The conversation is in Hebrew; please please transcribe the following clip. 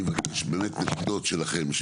אני מבקש באמת נקודות שלכם.